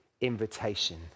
invitation